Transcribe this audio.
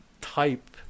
type